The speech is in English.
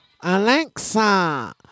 Alexa